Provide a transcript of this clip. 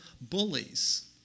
bullies